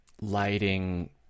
lighting